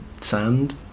sand